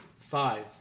five